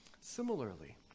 Similarly